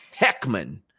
Heckman